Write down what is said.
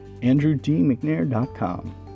AndrewDMcNair.com